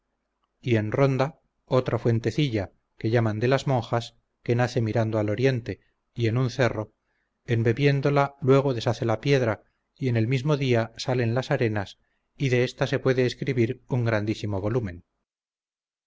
en ronda otra fuentecilla que llaman de las monjas que nace mirando al oriente y en un cerro en bebiéndola luego deshace la piedra y en el mismo día salen las arenas y de esta se puede escribir un grandísimo volumen